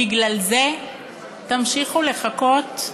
בגלל זה תמשיכו לחכות?